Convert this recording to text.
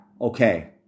okay